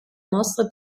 mostre